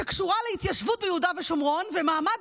שקשורה להתיישבות ביהודה ושומרון ולמעמד